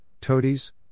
toadies